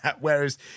Whereas